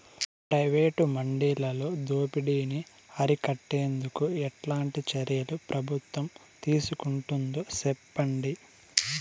Private మండీలలో దోపిడీ ని అరికట్టేందుకు ఎట్లాంటి చర్యలు ప్రభుత్వం తీసుకుంటుందో చెప్పండి?